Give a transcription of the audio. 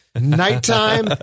Nighttime